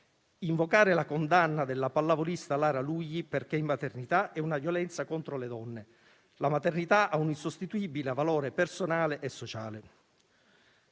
«Invocare la condanna della pallavolista Lara Lugli perché in maternità è una violenza contro le donne. La maternità ha un insostituibile valore personale e sociale».